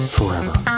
Forever